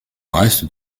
reste